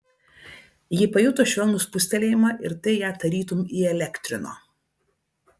ji pajuto švelnų spustelėjimą ir tai ją tarytum įelektrino